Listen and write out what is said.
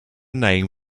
name